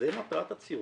זו מטרת הציונות,